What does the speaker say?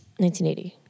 1980